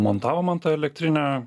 montavo man tą elektrinę